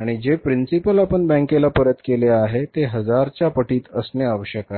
आणि जे प्रिन्सिपल आपण बँकेला परत केले गेले आहे ते हजारच्या पटीत असणे आवश्यक आहे